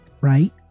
right